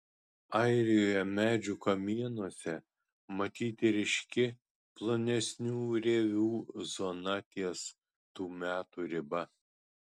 airijoje medžių kamienuose matyti ryški plonesnių rievių zona ties tų metų riba